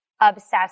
obsessed